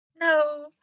no